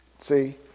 See